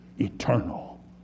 eternal